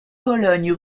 pologne